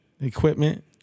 Equipment